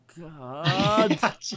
God